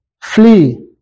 flee